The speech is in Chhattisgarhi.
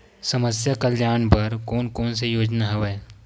समस्या कल्याण बर कोन कोन से योजना हवय?